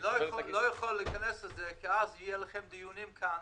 אני לא יכול להיכנס לזה כי אז יהיו לכם דיונים כאן